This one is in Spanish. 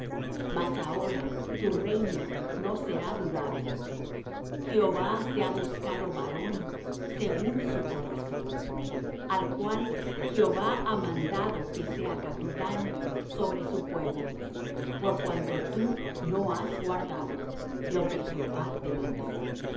mas ahora tu reino no será durable jehová se ha buscado varón según su corazón al cual jehová ha mandado que sea capitán sobre su pueblo por cuanto tú no has guardado lo que jehová te mandó y